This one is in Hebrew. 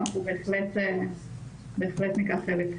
אבל אנחנו בהחלט ניקח חלק.